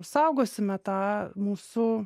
saugosime tą mūsų